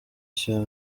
cya